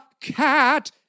cat